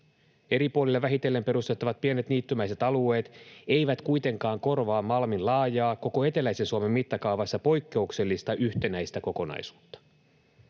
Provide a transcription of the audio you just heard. Eri puolille vähitellen perustettavat pienet niittymäiset alueet eivät kuitenkaan korvaa Malmin laajaa, koko eteläisen Suomen mittakaavassa poikkeuksellista yhtenäistä kokonaisuutta.